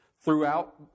Throughout